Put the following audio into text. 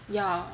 ya